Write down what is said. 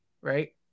right